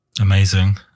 Amazing